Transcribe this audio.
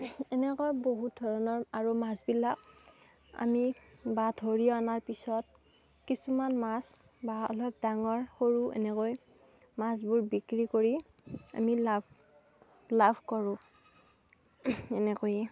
এনেকৈ বহুত ধৰণৰ আৰু মাছবিলাক আমি বা ধৰি অনাৰ পিছত কিছুমান মাছ বা অলপ ডাঙৰ সৰু এনেকৈ মাছবোৰ বিক্ৰী কৰি আমি লাভ লাভ কৰোঁ এনেকৈয়ে